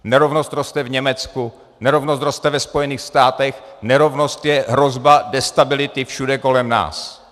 Nerovnost roste v Německu, nerovnost roste ve Spojených státech, nerovnost je hrozba destability všude kolem nás.